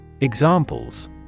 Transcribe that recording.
Examples